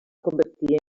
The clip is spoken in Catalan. convertir